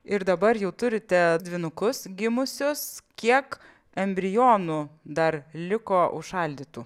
ir dabar jau turite dvynukus gimusius kiek embrionų dar liko užšaldytų